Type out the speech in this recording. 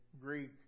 Greek